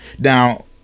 Now